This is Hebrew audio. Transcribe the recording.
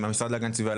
המשרד להגנת הסביבה,